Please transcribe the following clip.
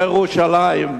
ירושלים.